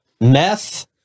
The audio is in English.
meth